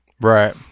Right